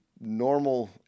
normal